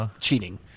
cheating